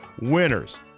Winners